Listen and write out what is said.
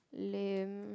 lame